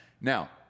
Now